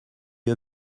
eux